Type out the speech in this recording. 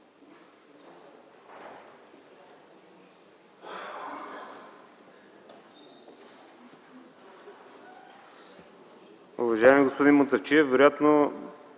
Уважаеми господин Мутафчиев! Вероятно